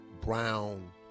brown